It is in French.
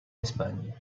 espagne